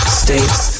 states